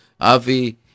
Avi